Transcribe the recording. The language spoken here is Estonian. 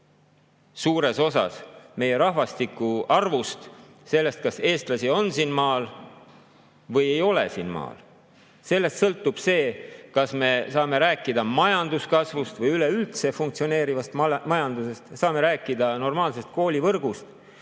suures osas meie rahvaarvust, sellest, kas eestlasi on siin maal või ei ole siin maal. Sellest sõltub see, kas me saame rääkida majanduskasvust või üleüldse funktsioneerivast majandusest, saame rääkida normaalsest koolivõrgust,